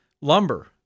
lumber